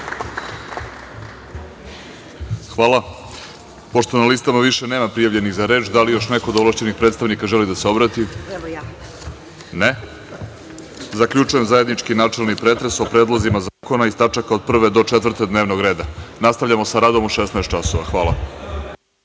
Hvala. Pošto na listama više nema prijavljenih za reč, da li još neko od ovlašćenih predstavnika želi da se obrati? (Ne.)Zaključujem zajednički načelni pretres o predlozima zakona iz tačaka od 1. do 4. dnevnog reda. Nastavljamo sa radom u 16,00 časova.